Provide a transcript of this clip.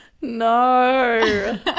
no